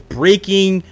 breaking